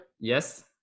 Yes